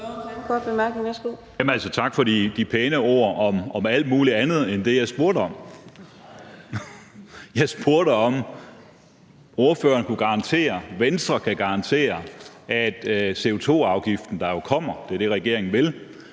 Tak for de pæne ord om alt muligt andet end det, jeg spurgte om. Jeg spurgte, om ordføreren kunne garantere, om Venstre kunne garantere, at CO2-afgiften, der jo kommer – det er det, regeringen vil